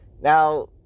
Now